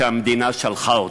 שהמדינה שלחה אותם.